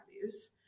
values